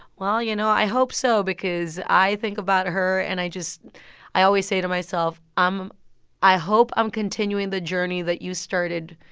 well, you know, i hope so, because i think about her. and i just i always say to myself, um i hope i'm continuing the journey that you started.